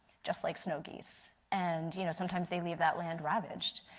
just like snow geese. and you know sometimes they leave that land ravaged.